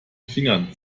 fingern